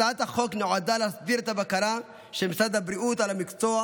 הצעת החוק נועדה להסדיר את הבקרה של משרד הבריאות על המקצוע